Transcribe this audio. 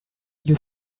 you